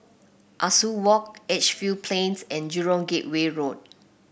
Ah Soo Walk Edgefield Plains and Jurong Gateway Road